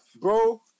Bro